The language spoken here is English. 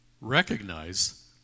Recognize